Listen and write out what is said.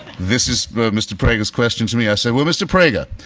this is mr. prager's question to me. i said, well, mr. prager,